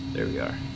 area